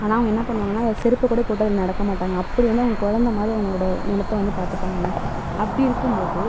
ஆனால் அவங்க என்ன பண்ணுவாங்கன்னால் அந்த செருப்பை கூட போட்டு அதில் நடக்க மாட்டாங்க அப்படி வந்து அவங்க குழந்த மாதிரி அவங்களோட நிலத்த வந்து பார்த்துப்பாங்க அப்படி இருக்கும்போது